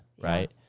right